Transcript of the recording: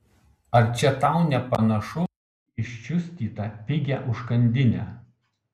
ar čia tau nepanašu į iščiustytą pigią užkandinę